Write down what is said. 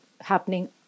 happening